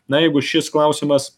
na jeigu šis klausimas